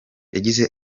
yagize